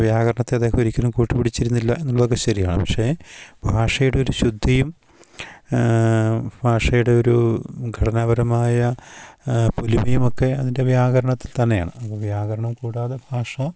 വ്യാകരണത്തെ അദ്ദേഹം ഒരിക്കലും കൂട്ടുപിടിച്ചിരുന്നില്ല എന്നുള്ളതൊക്കെ ശരിയാണ് പക്ഷെ ഭാഷയുടെ ഒരു ശുദ്ധിയും ഭാഷയുടെ ഒരു ഘടനാപരമായ പൊലിമയുമൊക്കെ അതിൻ്റെ വ്യാകരണത്തിൽ തന്നെയാണ് അപ്പോൾ വ്യാകരണം കൂടാതെ ഭാഷ